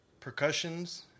Percussions